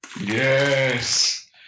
Yes